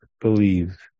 believe